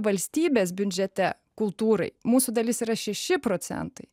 valstybės biudžete kultūrai mūsų dalis yra šeši procentai